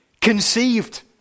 conceived